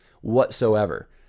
whatsoever